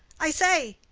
i say!